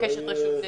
מבקשת רשות להתפרץ,